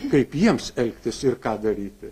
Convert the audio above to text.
kaip jiems elgtis ir ką daryti